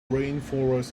rainforests